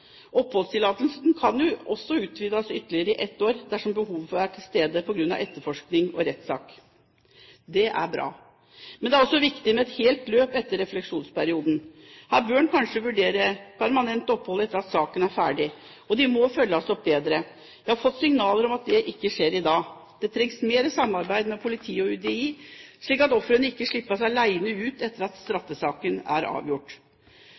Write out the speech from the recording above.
Oppholdstillatelsen kan også utvides ytterligere ett år dersom behovet er til stede på grunn av etterforskning og rettssak. Det er bra. Men det er også viktig med et helt løp etter refleksjonsperioden. Her bør man kanskje vurdere permanent opphold etter at saken er ferdig, og de må følges opp bedre. Jeg har fått signaler om at det ikke skjer i dag. Det trengs mer samarbeid med politi og UDI, slik at ofrene ikke slippes alene ut etter at straffesaken er avgjort.